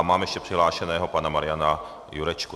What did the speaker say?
Mám ještě přihlášeného pana Mariana Jurečku.